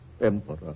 Emperor